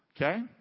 Okay